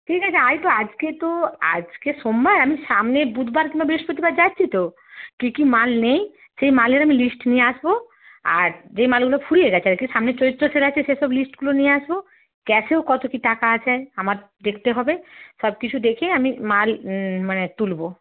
ঠিক আছে আয় তো আজকে তো আজকে সোমবার আমি সামনের বুধবার কিংবা বৃহস্পতিবার যাচ্ছি তো কি কি মাল নেই সেই মালের আমি লিস্ট নিয়ে আসবো আর যে মালগুলো ফুরিয়ে গেছে আর কি সামনের চৈত্র সেল আছে সেসব লিস্টগুলো নিয়ে আসবো ক্যাশেও কত কি টাকা আছে আমার দেখতে হবে সব কিছু দেখে আমি মাল মানে তুলবো